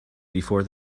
before